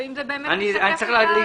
מבחינתך.